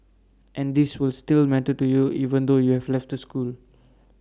and these will still matter to you even though you have left the school